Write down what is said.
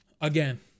again